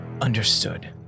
Understood